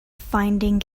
finding